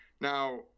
Now